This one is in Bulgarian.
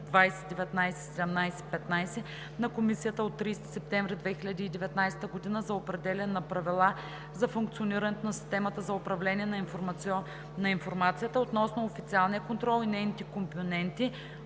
2019/1715 на Комисията от 30 септември 2019 г. за определяне на правила за функционирането на системата за управление на информацията относно официалния контрол и нейните компоненти